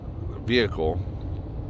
vehicle